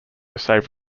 saved